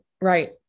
Right